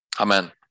Amen